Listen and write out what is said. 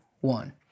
one